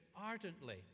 ardently